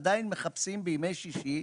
עדיין בימי שישי,